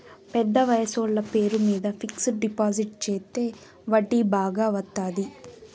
పెద్ద వయసోళ్ల పేరు మీద ఫిక్సడ్ డిపాజిట్ చెత్తే వడ్డీ బాగా వత్తాది